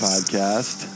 Podcast